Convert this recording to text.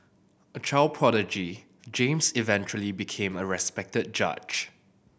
a child prodigy James eventually became a respected judge